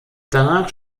danach